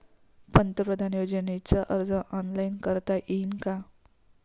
पंतप्रधान योजनेचा अर्ज ऑनलाईन करता येईन का?